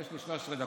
יש לי 13 דקות.